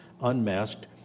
unmasked